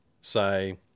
say